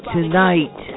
Tonight